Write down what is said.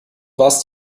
warst